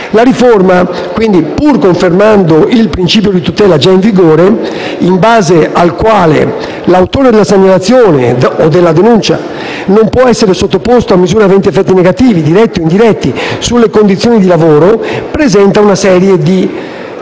La riforma, pur confermando il principio di tutela già in vigore, in base al quale l'autore della segnalazione o della denuncia non può essere sottoposto a misure aventi effetti negativi, diretti o indiretti, sulle condizioni di lavoro, presenta una serie di